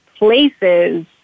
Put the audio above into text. places